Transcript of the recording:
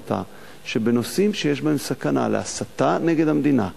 החלטה שבנושאים שיש בהם סכנה של הסתה נגד המדינה,